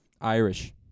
Irish